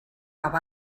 cap